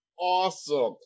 awesome